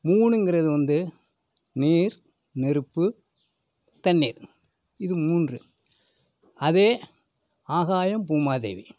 மூணுங்குறது வந்து நீர் நெருப்பு தண்ணீர் இது மூன்று அதே ஆகாயம் பூமாதேவி